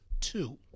two